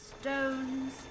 Stones